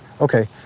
okay